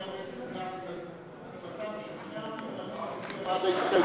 מה יקרה אם אדם שכנע אותי להצביע בעד ההסתייגויות,